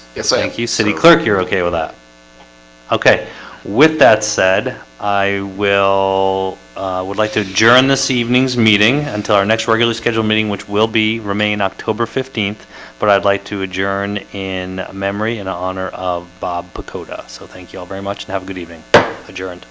yes, i thank you city clerk. you're okay with that okay with that said i will would like to adjourn this evenings meeting until our next regular scheduled meeting which will be remaining october fifteenth but i'd like to adjourn in memory in honor of bob pakoda. so thank you all very much and have a good evening adjourned